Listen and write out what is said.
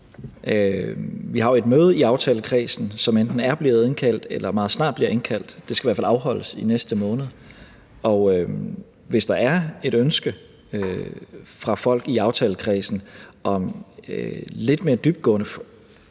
Vi har jo et møde i aftalekredsen, som enten er blevet indkaldt eller meget snart bliver indkaldt – det skal i hvert fald afholdes i næste måned – og hvis der er et ønske fra folk i aftalekredsen om lidt mere dybtgående